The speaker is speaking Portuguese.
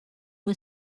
uma